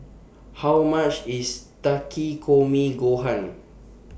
How much IS Takikomi Gohan